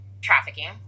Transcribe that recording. trafficking